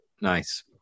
Nice